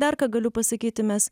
dar ką galiu pasakyti mes